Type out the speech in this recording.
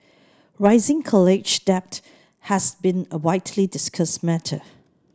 rising college debt has been a widely discussed matter